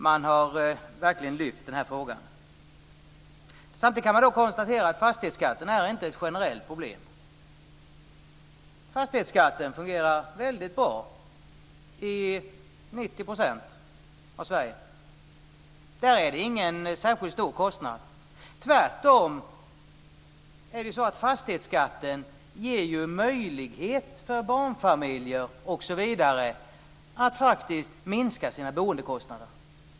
Man har verkligen lyft den här frågan. Men samtidigt kan det konstateras att fastighetsskatten inte är ett generellt problem. Fastighetsskatten fungerar väldigt bra i 90 % av Sverige. Där är fastighetsskatten inte en särskilt stor kostnad. Tvärtom är det så att fastighetsskatten gör det möjligt för barnfamiljer osv. att faktiskt minska sina boendekostnader.